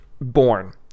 born